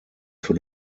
für